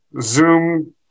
Zoom